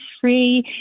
free